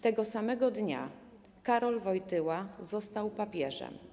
Tego samego dnia Karol Wojtyła został papieżem.